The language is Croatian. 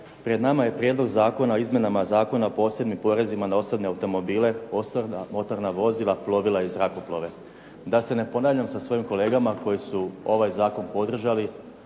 Pred nama je Prijedlog Zakona o izmjenama Zakona o posebnim porezima na osobne automobile, ostala motorna vozila, plovila i zrakoplove. Da se ne ponavljam sa svojim kolegama koji su ovaj zakon podržali,